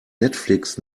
netflix